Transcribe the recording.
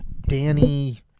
Danny